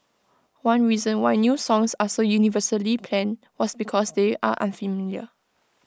one reason why new songs are so universally panned was because they are unfamiliar